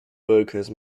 workers